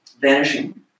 vanishing